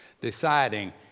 Deciding